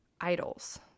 Idols